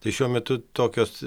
tai šiuo metu tokios